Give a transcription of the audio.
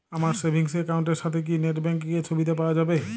আমার savings account এর সাথে কি নেটব্যাঙ্কিং এর সুবিধা পাওয়া যাবে?